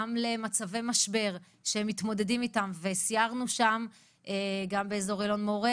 גם למצבי משבר שמתמודדים איתם וסיירנו שם גם באזור אלון מורה